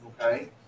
okay